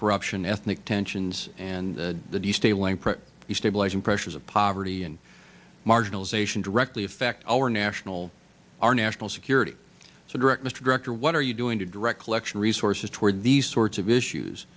corruption ethnic tensions and do stay linked the stabilizing pressures of poverty and marginalisation directly affect our national our national security so direct mr director what are you doing to direct election resources toward these sorts of issues